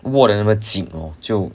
握得那么紧哦就